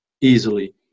easily